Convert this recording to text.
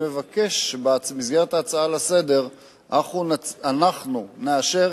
אני מבקש שבמסגרת ההצעה לסדר-היום אנחנו נאשר